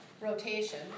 rotation